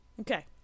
Okay